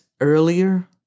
earlier